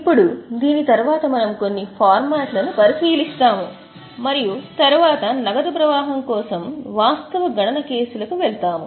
ఇప్పుడు దీని తరువాత మనం కొన్ని ఫార్మాట్లను పరిశీలిస్తాము మరియు తరువాత నగదు ప్రవాహం కోసం వాస్తవ గణన కేసులకు వెళ్తాము